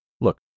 look